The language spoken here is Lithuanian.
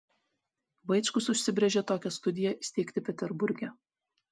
vaičkus užsibrėžė tokią studiją įsteigti peterburge